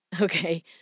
Okay